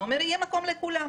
אתה אומר שיהיה מקום לכולם.